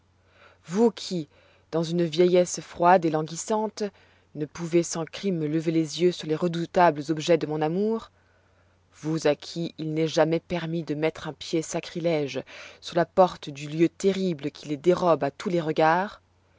vous qui dans une vieillesse froide et languissante ne pouvez sans crime lever les yeux sur les redoutables objets de mon amour vous à qui il n'est jamais permis de mettre un pied sacrilége sur la porte du lieu terrible qui les dérobe à tous les regards